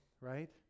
right